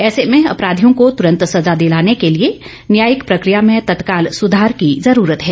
ऐसे में अपराधियों को तुरंत सजा दिलाने के लिए न्यायिक प्रकिया में तत्काल सुधार की जरूरत है